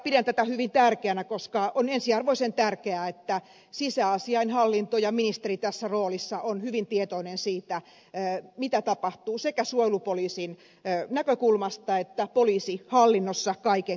pidän tätä hyvin tärkeänä koska on ensiarvoisen tärkeää että sisäasiainhallinto ja ministeri tässä roolissa ovat hyvin tietoisia siitä mitä tapahtuu sekä suojelupoliisin näkökulmasta että poliisihallinnossa kaiken kaikkiaan